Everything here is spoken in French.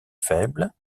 faible